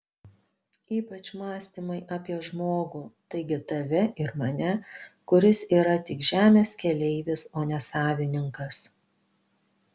ypač mąstymai apie žmogų taigi tave ir mane kuris yra tik žemės keleivis o ne savininkas